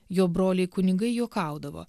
jo broliai kunigai juokaudavo